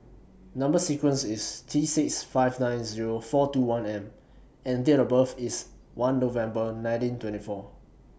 Number sequence IS T six five nine Zero four two one M and Date of birth IS one November nineteen twenty four